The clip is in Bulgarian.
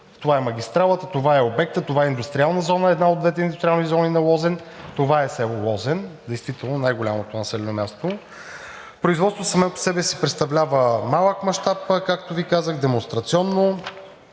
обекти), това е обектът, това е индустриална зона – една от двете индустриални зони на Лозен. Това е село Лозен, действително най-голямото населено място. Производството само по себе си представлява малък мащаб, както ви казах, демонстрационно.